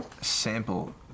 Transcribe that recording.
sample